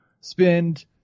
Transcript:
spend